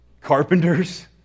carpenters